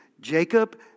Jacob